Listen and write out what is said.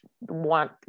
want